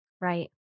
Right